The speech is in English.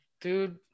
dude